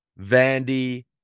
Vandy